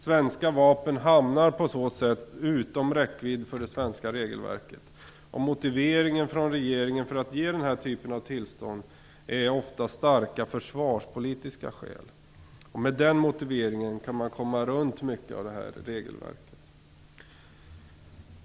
Svenska vapen hamnar på så sätt utom räckvidd för det svenska regelverket. Motiveringen från regeringen för att ge denna typ av tillstånd är ofta starka försvarspolitiska skäl. Med den motiveringen går det att komma runt mycket av regelverket.